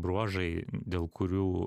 bruožai dėl kurių